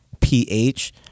pH